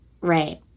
right